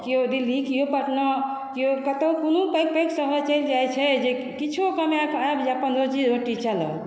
केओ दिल्ली केओ पटना केओ कतौ कोनो पैघ पैघ शहर चलि जाइ छै जे किछो कमाय के आयब जे अपन रोजी रोटी चलय